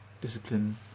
discipline